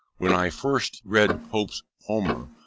when i first read pope's homer,